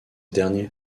dernier